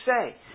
say